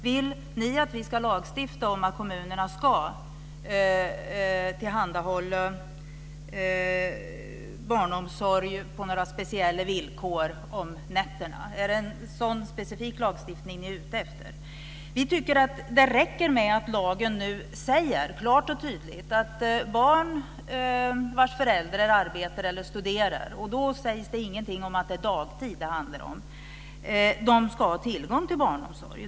Vill ni att vi ska lagstifta om att kommunerna ska tillhandahålla barnomsorg på några speciella villkor om nätterna? Är det en sådan specifik lagstiftning ni är ute efter? Vi tycker att det räcker med att lagen nu säger klart och tydligt att barn vars föräldrar arbetar eller studerar - och då sägs det ingenting om att det handlar om dagtid - ska ha tillgång till barnomsorg.